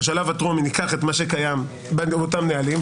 בשלב הטרומי ניקח את מה שקיים באותם נהלים,